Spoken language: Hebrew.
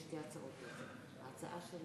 ועדת הכנסת תציע את מה שהיא רוצה.